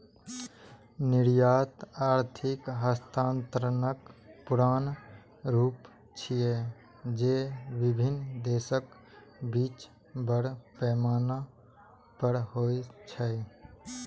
निर्यात आर्थिक हस्तांतरणक पुरान रूप छियै, जे विभिन्न देशक बीच बड़ पैमाना पर होइ छै